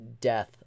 death